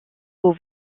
faut